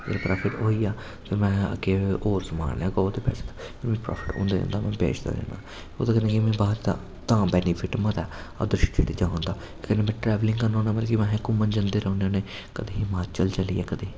जिसलै प्राफिट होई गेआ ते में अग्गें होर समान लेई आना ते मिगी होर प्राफिट होंदा जंदा में बेचदा जन्ना ओह्दे कन्नै कि में बाह्र दा तां बेनीफिट मता ऐ अदर स्टेटें च जान दा फिर में ट्रैवलिंग करना होन्ना मतलब कि अहें घूमन जंदे रौह्न्ने होन्ने कदें हिमाचल चली जाओ कदें